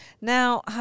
Now